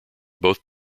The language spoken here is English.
both